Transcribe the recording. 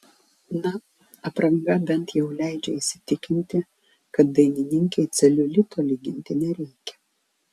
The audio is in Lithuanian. na apranga bent jau leidžia įsitikinti kad dainininkei celiulito lyginti nereikia